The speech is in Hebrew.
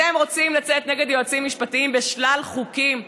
אתם רוצים לצאת נגד יועצים משפטיים בשלל חוקים,